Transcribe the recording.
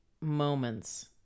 moments